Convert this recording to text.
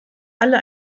alle